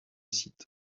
site